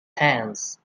hands